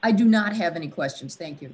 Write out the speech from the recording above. i do not have any questions thank you